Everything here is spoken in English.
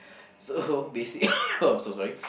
so basic I'm so sorry